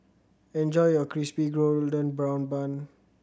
enjoy your Crispy Golden Brown Bun